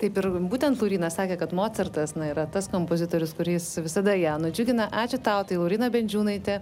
taip ir būtent lauryna sakė kad mocartas yra tas kompozitorius kuris visada ją nudžiugina ačiū tau tai lauryna bendžiūnaitė